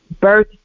Birth